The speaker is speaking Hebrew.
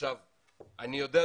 עכשיו אני יודע,